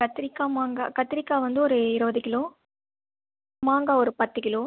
கத்திரிக்காய் மாங்காய் கத்திரிக்காய் வந்து ஒரு இருபது கிலோ மாங்காய் ஒரு பத்து கிலோ